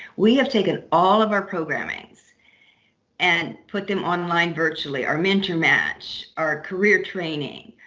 we have taken all of our programming so and put them online virtually our mentor match, our career training,